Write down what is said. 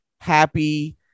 happy